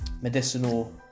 Medicinal